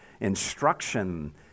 instruction